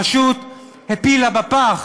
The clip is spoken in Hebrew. פשוט הפילה בפח